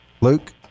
luke